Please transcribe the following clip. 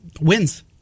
Wins